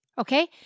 Okay